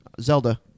Zelda